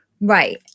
Right